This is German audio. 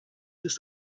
ist